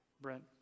Brent